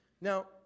Now